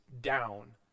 down